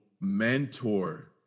mentor